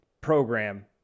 program